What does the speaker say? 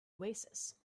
oasis